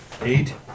Eight